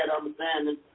understanding